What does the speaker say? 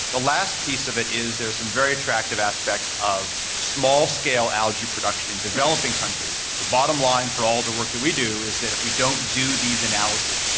the last piece of it is there is some very attractive aspects of small scale algae production in developing countries. the bottom line for all the work that we do is that if we don't do these analyses,